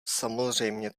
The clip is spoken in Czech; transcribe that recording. samozřejmě